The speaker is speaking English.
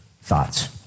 thoughts